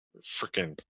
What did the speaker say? freaking